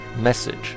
message